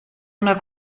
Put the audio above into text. una